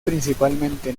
principalmente